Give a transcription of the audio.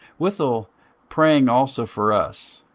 withal praying also for us,